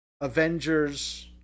Avengers